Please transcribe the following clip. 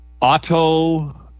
Auto